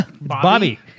Bobby